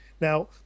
Now